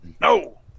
No